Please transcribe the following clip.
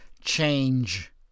change